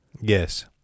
Yes